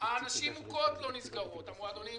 הנשים מוכות לא נסגרות, המועדונים שהלן,